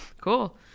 Cool